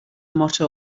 motto